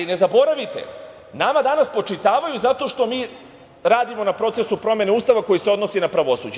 Ne zaboravite, nama danas spočitavaju zato što mi radimo na procesu promene Ustava koji se odnosi na pravosuđe.